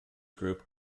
group